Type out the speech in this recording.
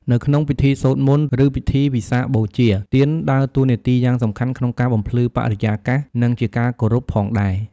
នៅក្នុងពិធីសូត្រមន្ត ឬពិធីវិសាខបូជា ទៀនដើរតួនាទីយ៉ាងសំខាន់ក្នុងការបំភ្លឺបរិយាកាស និងជាការគោរពផងដែរ។